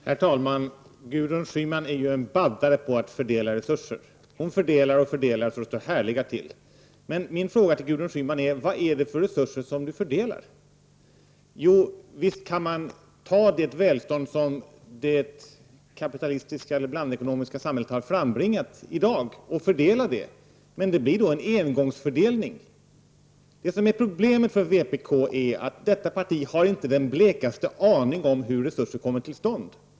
Herr talman! Gudrun Schyman är en baddare på att fördela resurser. Hon fördelar och fördelar så det står härliga till. Min fråga till Gudrun Schyman är: Vad är det för resurser som hon fördelar? Jo, visst kan man ta av det välstånd som det blandekonomiska samhället har frambringat i dag och fördela det. Men det blir då en engångsfördelning. Det som är problemet med vpk är att detta parti inte har den blekaste aning om hur resurser kommer till stånd.